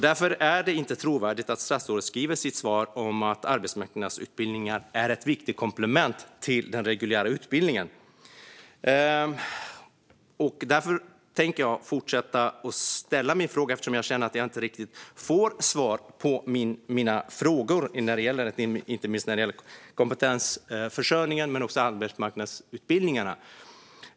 Därför är det inte trovärdigt att statsrådet svarar att arbetsmarknadsutbildningar är ett viktigt komplement till den reguljära utbildningen. Jag ställer frågorna igen eftersom jag känner att jag inte riktigt fick svar på dem, inte minst när det gäller kompetensförsörjning men även arbetsmarknadsutbildningar.